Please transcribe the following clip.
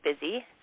busy